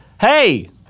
hey